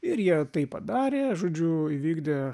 ir jie tai padarė žodžiu įvykdė